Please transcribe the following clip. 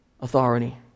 authority